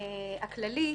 הכללית